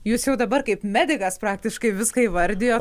jūs jau dabar kaip medikas praktiškai viską įvardijo